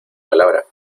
palabra